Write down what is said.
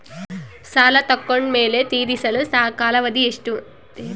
ಸಾಲ ತಗೊಂಡು ಮೇಲೆ ತೇರಿಸಲು ಕಾಲಾವಧಿ ಎಷ್ಟು?